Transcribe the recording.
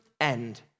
end